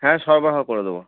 হ্যাঁ সরবরাহ করে দেবো